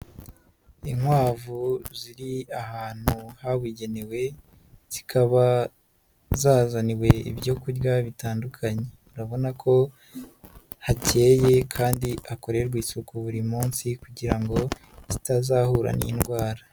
Inkwavu ziri ahantu habugenewe, zikaba zazaniwe ibyo kurya bitandukanye, urabona ko hakeye kandi hakorerwa isuku buri munsi kugira ngo zitazahura n'indwara.